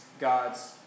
God's